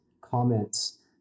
comments